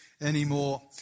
anymore